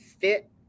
Fit